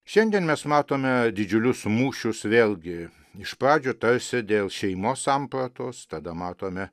šiandien mes matome didžiulius mūšius vėlgi iš pradžių tarsi dėl šeimos sampratos tada matome